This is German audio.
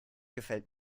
gefällt